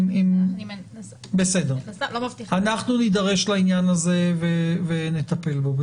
אנחנו נידרש לעניין הזה ונטפל בו.